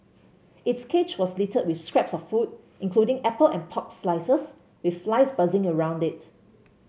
its cage was littered with scraps of food including apple and pork slices with flies buzzing around it